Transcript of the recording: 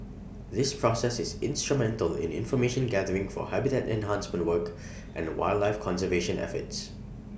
this process is instrumental in information gathering for habitat enhancement work and wildlife conservation efforts